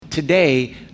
Today